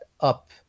up